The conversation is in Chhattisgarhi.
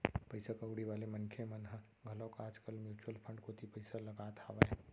पइसा कउड़ी वाले मनखे मन ह घलोक आज कल म्युचुअल फंड कोती पइसा लगात हावय